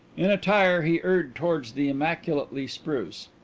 in attire he erred towards the immaculately spruce.